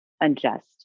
unjust